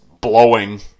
blowing